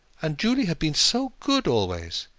and julie had been so good always!